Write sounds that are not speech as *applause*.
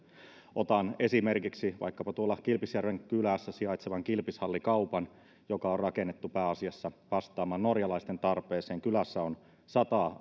otan esimerkiksi vaikkapa tuolla kilpisjärven kylässä sijaitsevan kilpishalli kaupan joka on rakennettu pääasiassa vastaamaan norjalaisten tarpeeseen kylässä on sata *unintelligible*